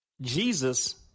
Jesus